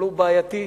הוא בעייתי,